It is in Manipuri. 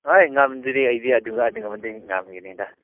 ꯍꯩ ꯉꯝꯗ꯭ꯔꯤ ꯑꯩꯗꯤ ꯑꯗꯨꯒꯗꯤ ꯉꯝꯗꯤ ꯉꯝꯒꯅꯤꯗ